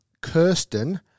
Kirsten